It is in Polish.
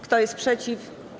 Kto jest przeciw?